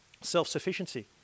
self-sufficiency